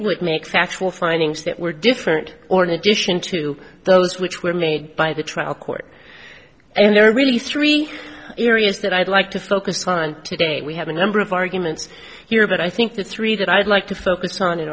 u makes factual findings that were different or in addition to those which were made by the trial court and there are really three areas that i'd like to focus on today we have a number of arguments here but i think the three that i'd like to focus on